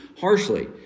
harshly